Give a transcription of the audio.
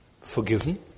forgiven